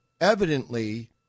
Evidently